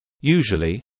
Usually